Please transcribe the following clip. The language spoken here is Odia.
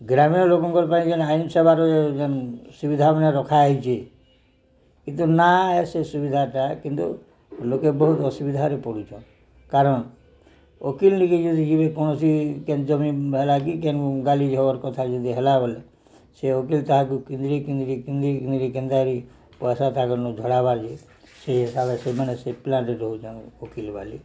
ଗ୍ରାମୀଣ ଲୋକଙ୍କ ପାଇଁ ଯେନ୍ ଆଇନ ସେବାର ଯେନ୍ ସୁବିଧା ମାନେ ରଖା ହେଇଛି କିନ୍ତୁ ନା ସେ ସୁବିଧାଟା କିନ୍ତୁ ଲୋକେ ବହୁତ ଅସୁବିଧାରେ ପଡ଼ୁଛନ୍ କାରଣ ଓକିଲ ଟିକେ ଯଦି ଯିବେ କୌଣସି କେନ୍ ଜମି ହେଲା କି କେନ୍ ଗାଲିଝବର କଥା ଯଦି ହେଲା ବଲେ ସେ ଓକିଲ ତାହାକୁ କିିନ୍ଦରି କିନ୍ଦରି କିନ୍ଦରି କିିନ୍ଦରି କେନ୍ତା କରି ପଇସା ତାହାକୁ ଝଡ଼ାବାର୍ କେ ସେ ହିସାବରେ ସେମାନେ ସେ ପ୍ଲାନ୍ରେ ରହୁଛନ୍ ଓକିଲ ବାଲେ